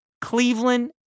Cleveland